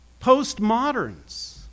Postmoderns